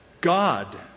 God